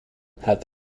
have